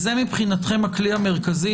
וזה מבחינתכם הכלי המרכזי,